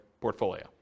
portfolio